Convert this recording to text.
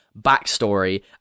backstory